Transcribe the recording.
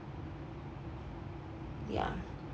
ya